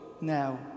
now